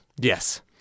Yes